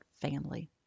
family